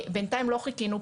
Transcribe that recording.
בינתיים לא חיכינו,